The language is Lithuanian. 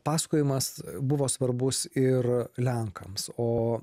pasakojimas buvo svarbus ir lenkams o